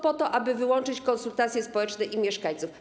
Po to, aby wyłączyć konsultacje społeczne i mieszkańców.